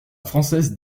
française